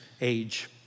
age